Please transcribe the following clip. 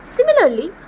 Similarly